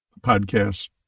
podcast